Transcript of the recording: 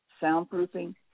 soundproofing